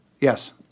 Yes